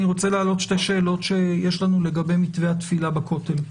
אני רוצה להעלות שתי שאלות שיש לנו לגבי מתווה התפילה בכותל.